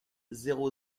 zéro